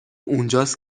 اونجاست